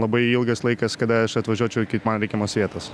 labai ilgas laikas kada aš atvažiuočiau iki man reikiamos vietos